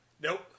nope